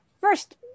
First